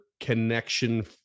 connection